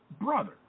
brother